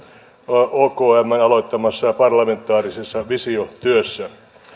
okmn aloittamassa parlamentaarisessa visiotyössä